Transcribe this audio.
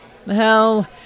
Hell